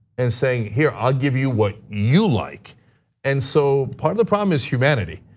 and saying here, i'll give you what you like and so, part of the problem is humanity.